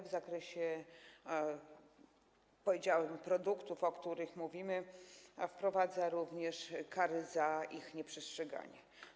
W zakresie, powiedziałabym, produktów, o których mówimy, wprowadza również kary za ich nieprzestrzeganie.